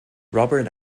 robert